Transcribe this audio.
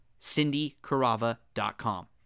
CindyCarava.com